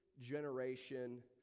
generation